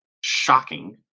shocking